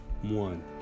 one